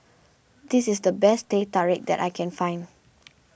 this is the best Teh Tarik that I can find